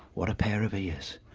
what a pair of ears.